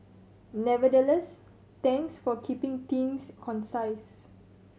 nevertheless thanks for keeping things concise